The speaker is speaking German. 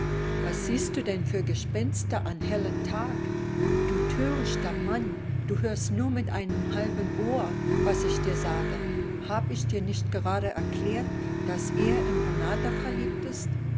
was siehst du denn für gespenster an hellen tag du törichter mann du hörst nur mit einem halben ohr was ich dir sage hab ich dir nicht gerade erklärt daß er in renata verliebt ist